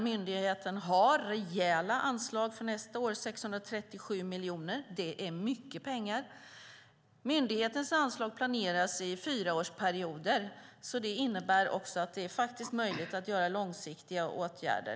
Myndigheten har rejäla anslag, för nästa år 637 miljoner. Det är mycket pengar. Myndighetens anslag planeras i fyraårsperioder. Det innebär att det är möjligt att göra långsiktiga åtgärder.